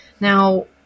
Now